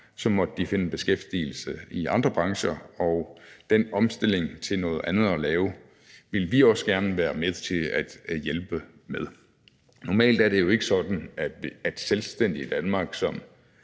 så måtte de finde en beskæftigelse i andre brancher, og den omstilling til noget andet at lave ville vi også gerne være med til at hjælpe med. Normalt er det jo ikke sådan, at selvstændige i Danmark, som